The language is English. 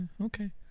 okay